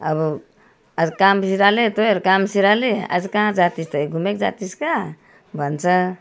अब आज काम फिराले तोएर काम सिराले आज काँ जाथिस् तए घुमे जाथिस् का भन्छ